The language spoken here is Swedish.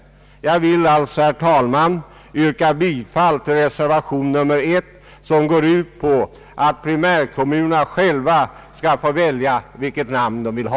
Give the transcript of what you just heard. Jag vill alltså, herr talman, yrka bifall till reservationen 1, som går ut på att primärkommunerna själva skall få välja vilket namn de vill ha.